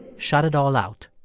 shut it all out.